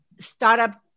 startup